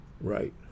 Right